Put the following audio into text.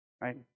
Right